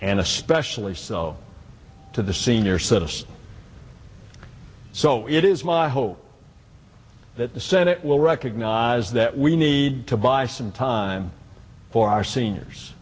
and especially so to the senior citizen so it is my hope that the senate will recognize that we need to buy some time for our seniors